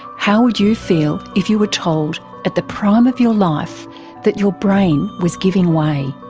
how would you feel if you were told at the prime of your life that your brain was giving way?